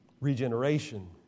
regeneration